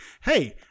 hey